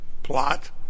plot